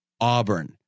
Auburn